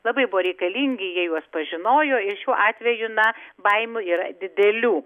labai buvo reikalingi jie juos pažinojo ir šiuo atveju na baimių yra didelių